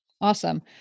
Awesome